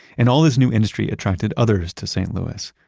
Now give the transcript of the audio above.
and all this new industry attracted others to st. louis.